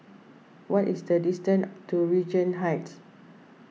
what is the distance to Regent Heights